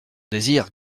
désir